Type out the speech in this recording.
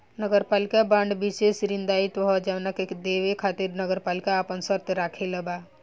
नगरपालिका बांड विशेष ऋण दायित्व ह जवना के देवे खातिर नगरपालिका आपन शर्त राखले बा